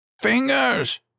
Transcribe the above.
Fingers